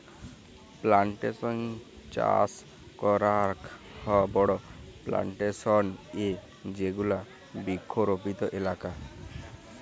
plantation চাস করাক হ বড়ো প্লানটেশন এ যেগুলা বৃক্ষরোপিত এলাকা